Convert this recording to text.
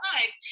lives